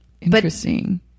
Interesting